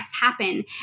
happen